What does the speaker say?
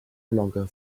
longer